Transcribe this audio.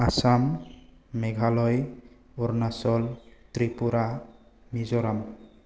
Assam Meghalaya Arunachal Tripura Mizoram